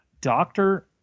Doctor